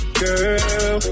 girl